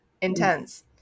intense